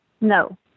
No